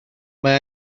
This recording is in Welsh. mae